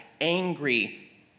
angry